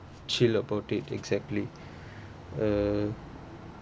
chill about it exactly uh